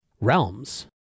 Realms